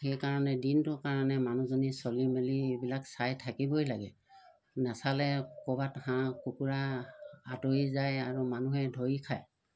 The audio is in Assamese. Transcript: সেইকাৰণে দিনটোৰ কাৰণে মানুহজনী চলি মেলি এইবিলাক চাই থাকিবই লাগে নেচালে ক'ৰবাত হাঁহ কুকুৰা আঁতৰি যায় আৰু মানুহে ধৰি খায়